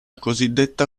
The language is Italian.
cosiddetta